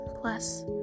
plus